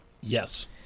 Yes